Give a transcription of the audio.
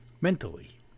mentally